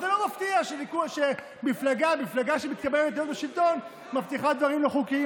זה לא מפתיע שמפלגה שמתקבלת היום לשלטון מבטיחה דברים לא חוקיים.